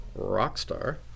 Rockstar